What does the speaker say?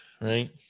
right